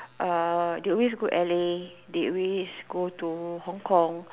uh they always go to L_A they always go to Hong-Kong